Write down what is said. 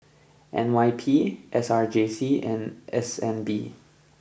N Y P S R J C and S N B